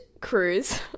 cruise